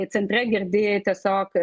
centre girdi tiesiog